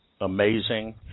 amazing